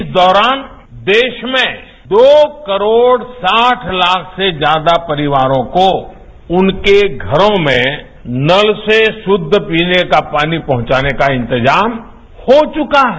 इस दौरान देश में दो करोड़ साठ लाख से ज्यादा परिवारों को उनके घरों में नल से शुद्ध पीने का पानी पहुंचाने का इंतजाम हो चुका है